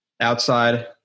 Outside